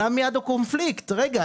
עלה מיד הקונפליקט 'רגע,